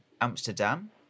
Amsterdam